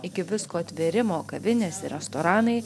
iki visko atvėrimo kavinės restoranai